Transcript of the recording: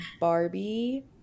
Barbie